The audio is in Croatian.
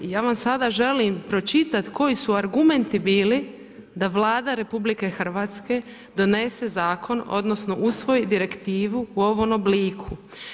Ja vam sada želim pročitat koji su argumenti bili da Vlada RH donese zakon, odnosno usvoji direktivu u ovom obliku.